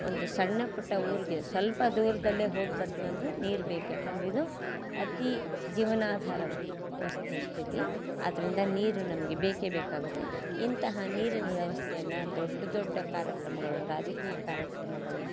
ಒಂದು ಸಣ್ಣಪುಟ್ಟ ಊರಿಗೆ ಸ್ವಲ್ಪ ದೂರದಲ್ಲೇ ಹೋಗ್ಬರ್ತೀವಿ ಅಂದರೂ ನೀರು ಬೇಕು ಯಾಕೆಂದ್ರೆ ಇದು ಅತಿ ಜೀವನಾಧಾರವು ವಸ್ತುಸ್ಥಿತಿ ಆದ್ದರಿಂದ ನೀರು ನಮಗೆ ಬೇಕೇ ಬೇಕಾಗುತ್ತೆ ಇಂತಹ ನೀರಿನ ವ್ಯವಸ್ಥೆಯನ್ನು ದೊಡ್ಡ ದೊಡ್ಡ ಕಾರ್ಯಕ್ರಮಗಳು ರಾಜಕೀಯ ಕಾರ್ಯಕ್ರಮಗಳು